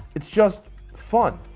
it's just fun.